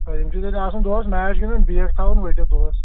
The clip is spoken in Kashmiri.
آ یِم چھِ تیٚلہِ آسان دۅہَس میٚچ گِنٛدان بیٚگ چھِ تھاوان ؤٹِتھ دۅہَس